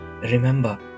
Remember